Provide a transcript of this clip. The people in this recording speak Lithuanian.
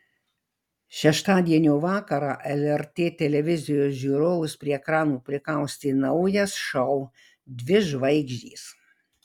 šeštadienio vakarą lrt televizijos žiūrovus prie ekranų prikaustė naujas šou dvi žvaigždės